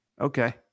Okay